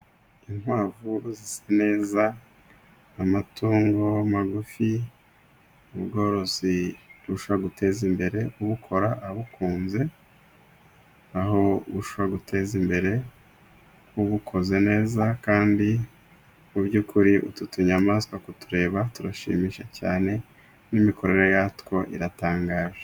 Inkwavu zisa neza, amatungo magufi, ubworozi bushobora guteza imbere ubukora abukunze, aho bushobora guteza imbere, ubukoze neza, kandi mu by'ukuri utu tunyamanswa kutureba turashimisha cyane, n'imikorere yatwo iratangaje.